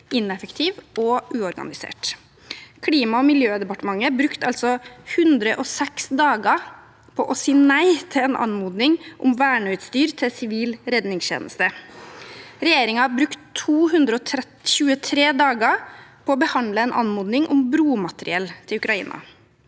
ineffektiv og uorganisert. Klima- og miljødepartementet brukte 106 dager på å si nei til en anmodning om verneutstyr til sivil redningstjeneste. Regjeringen brukte 223 dager på å behandle en anmodning om bromateriell til Ukraina.